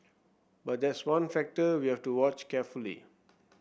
but that's one factor we have to watch carefully